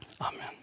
Amen